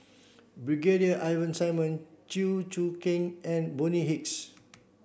Brigadier Ivan Simson Chew Choo Keng and Bonny Hicks